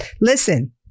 Listen